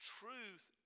truth